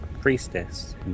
priestess